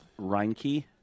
Reinke